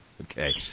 Okay